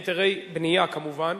בנייה כמובן,